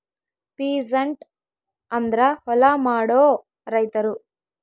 peasant ಅಂದ್ರ ಹೊಲ ಮಾಡೋ ರೈತರು